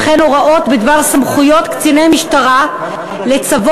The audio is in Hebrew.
וכן הוראות בדבר סמכויות קציני משטרה לצוות